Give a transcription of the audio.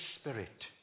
Spirit